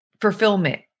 fulfillment